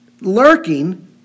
lurking